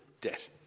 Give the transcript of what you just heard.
debt